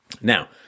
Now